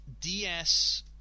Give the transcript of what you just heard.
DS